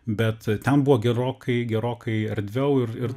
bet ten buvo gerokai gerokai erdviau ir ir